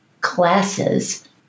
classes